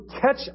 catch